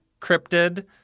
cryptid